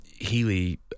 Healy